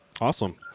Awesome